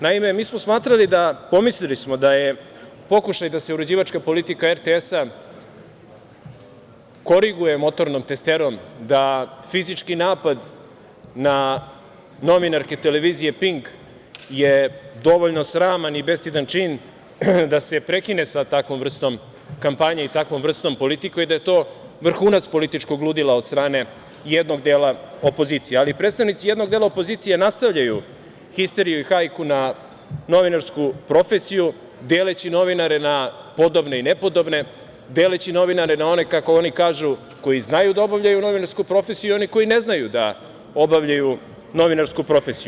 Naime, mi smo pomislili da je pokušaj da se uređivačka politika RTS-a koriguje motornom testerom, da fizički napad na novinarke televizije „Pink“ je dovoljno sraman i bestidan čin da se prekine sa takvom vrstom kampanje i takvom vrstom politike i da je to vrhunac političkog ludila od strane jednog dela opozicije, ali predstavnici jednog dela opozicije nastavljaju histeriju i hajku na novinarsku profesiju deleći novinare na podobne i nepodobne, deleći novinare na one, kako oni kažu, koji znaju da obavljaju novinarsku profesiju i one koji ne znaju da obavljaju novinarsku profesiju.